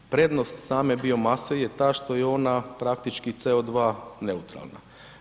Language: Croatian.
Prednost same biomase je ta što je ona praktički CO2 neutralna.